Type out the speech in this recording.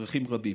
"אזרחים רבים".